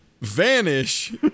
vanish